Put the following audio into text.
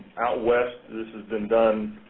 out west, this has been done